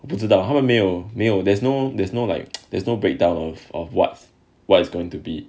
不知道他们没有没有 there's no there's no like there's no breakdown of of what's what's going to be